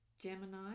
Gemini